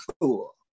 cool